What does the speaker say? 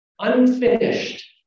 unfinished